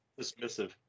dismissive